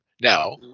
Now